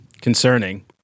Concerning